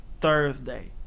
Thursday